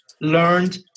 learned